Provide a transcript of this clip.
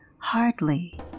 hardly